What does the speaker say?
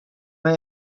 mae